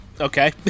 Okay